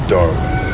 Darwin